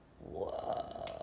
Whoa